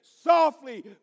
softly